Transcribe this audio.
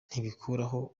ntibikuraho